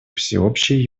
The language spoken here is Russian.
всеобщей